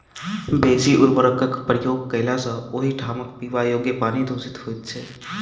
बेसी उर्वरकक प्रयोग कयला सॅ ओहि ठामक पीबा योग्य पानि दुषित होइत छै